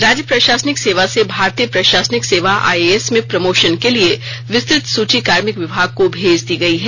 राज्य प्रशासनिक सेवा से भारतीय प्रशासनिक सेवा आइएएस में प्रमोशन के लिए विस्तृत सूची कार्मिक मंत्रालय को भेज दी गयी है